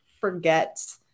forget